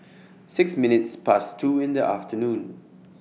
six minutes Past two in The afternoon